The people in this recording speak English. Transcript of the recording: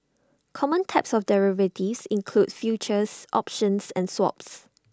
common types of derivatives include futures options and swaps